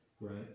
Right